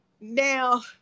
Now